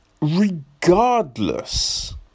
Regardless